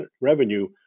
revenue